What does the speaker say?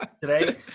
today